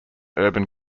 urban